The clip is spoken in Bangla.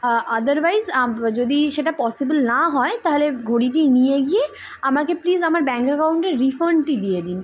আদারওয়াইস যদি সেটা পসিবল না হয় তাহলে ঘড়িটি নিয়ে গিয়ে আমাকে প্লিস আমার ব্যাঙ্ক অ্যাকাউন্টে রিফান্ডটি দিয়ে দিন